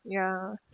ya